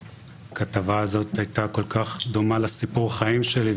הכתבה הזאת הייתה כל כך דומה לסיפור החיים שלי,